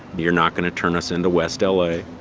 you're not going to turn us into west la.